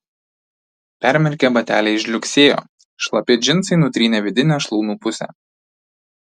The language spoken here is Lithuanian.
permirkę bateliai žliugsėjo šlapi džinsai nutrynė vidinę šlaunų pusę